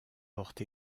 porte